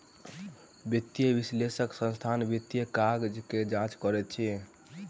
वित्तीय विश्लेषक संस्थानक वित्तीय काज के जांच करैत अछि